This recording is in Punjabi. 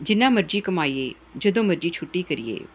ਜਿੰਨਾ ਮਰਜ਼ੀ ਕਮਾਈਏ ਜਦੋਂ ਮਰਜ਼ੀ ਛੁੱਟੀ ਕਰੀਏ